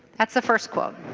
that's the first